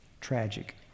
Tragic